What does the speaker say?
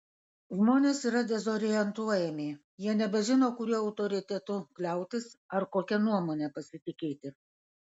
žmonės yra dezorientuojami jie nebežino kuriuo autoritetu kliautis ar kokia nuomone pasitikėti